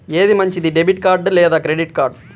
ఏది మంచిది, debit card లేదా క్రెడిట్ కార్డ్?